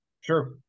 Sure